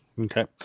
okay